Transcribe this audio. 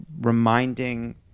reminding